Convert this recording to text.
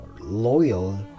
loyal